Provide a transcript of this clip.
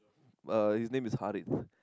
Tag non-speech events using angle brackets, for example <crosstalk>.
uh his name is Harrith <breath>